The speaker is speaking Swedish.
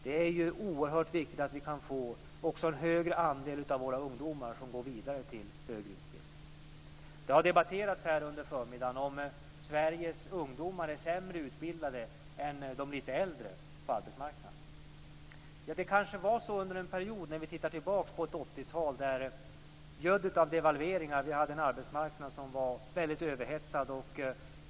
Det är oerhört viktigt att en större andel av våra ungdomar går vidare till högre utbildning. Det har debatterats här under förmiddagen om Sveriges ungdomar är sämre utbildade än de lite äldre på arbetsmarknaden. Det kanske var så under en period. Vi tittar tillbaka på ett 80-tal där vi hade en arbetsmarknad som gödd av devalveringar var väldigt överhettad.